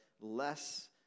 less